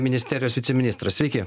ministerijos viceministras sveiki